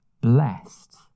Blessed